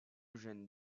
jeune